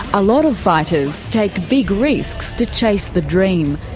a lot of fighters take big risks to chase the dream.